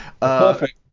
Perfect